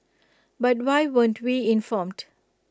but why weren't we informed